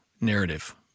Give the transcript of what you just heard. narrative